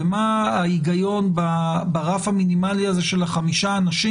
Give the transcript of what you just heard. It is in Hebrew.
מה ההיגיון ברף המינימלי הזה של ה-5 אנשים?